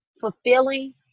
fulfilling